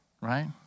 right